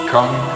Come